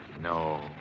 no